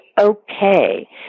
okay